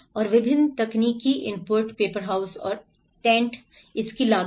और विभिन्न तकनीकी इनपुट पेपर हाउस और टेंट इसकी लागत